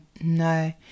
No